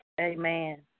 Amen